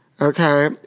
Okay